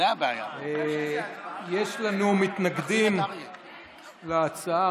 יש לנו מתנגדים להצעה.